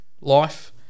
life